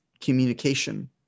communication